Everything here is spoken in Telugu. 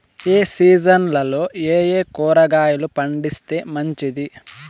ఏ సీజన్లలో ఏయే కూరగాయలు పండిస్తే మంచిది